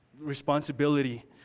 responsibility